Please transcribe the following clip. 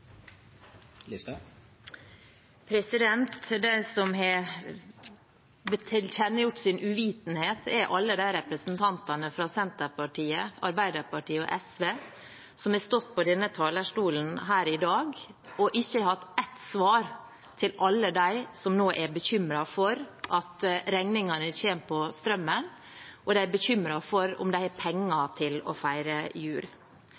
alle de representantene fra Senterpartiet, Arbeiderpartiet og SV som har stått på denne talerstolen her i dag og ikke hatt ett svar til alle dem som nå er bekymret for at strømregningene kommer, og om de har penger til å feire jul. Jeg er veldig glad for at olje- og energiministeren kommer til Stortinget og tar ordet, selv om